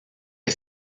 est